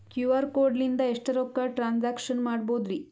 QR code ಲಿಂದ ಎಷ್ಟ ರೊಕ್ಕ ಟ್ರಾನ್ಸ್ಯಾಕ್ಷನ ಮಾಡ್ಬೋದ್ರಿ?